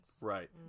right